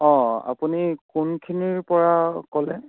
অঁ আপুনি কোনখিনিৰপৰা ক'লে